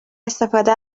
استفاده